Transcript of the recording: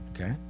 Okay